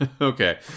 Okay